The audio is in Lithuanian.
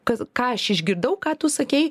kas ką aš išgirdau ką tu sakei